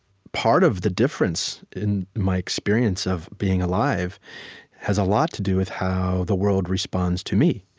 part of the difference in my experience of being alive has a lot to do with how the world responds to me.